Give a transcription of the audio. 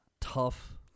tough